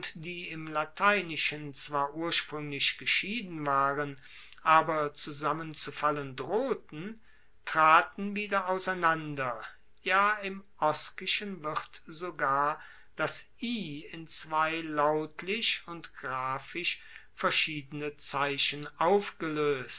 die im lateinischen zwar urspruenglich geschieden waren aber zusammenzufallen drohten traten wieder auseinander ja im oskischen wird sogar das i in zwei lautlich und graphisch verschiedene zeichen aufgeloest